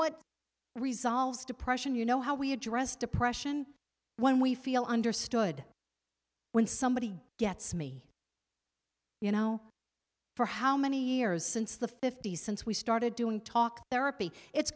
what resolves depression you know how we address depression when we feel understood when somebody gets me you know for how many years since the fifty's since we started doing talk therapy it's